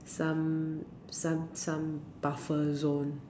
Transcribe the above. some some some buffer zone mm